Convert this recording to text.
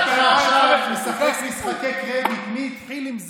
אתה משחק משחקי קרדיט מי התחיל עם זה,